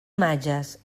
imatges